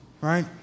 right